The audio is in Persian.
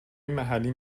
محلی